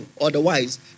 otherwise